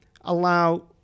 allow